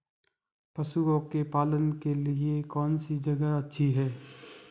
पशुओं के पालन के लिए कौनसी जगह अच्छी है?